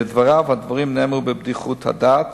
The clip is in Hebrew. לדבריו הדברים נאמרו בבדיחות הדעת,